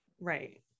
right